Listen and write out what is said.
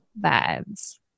vibes